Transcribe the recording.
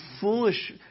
foolish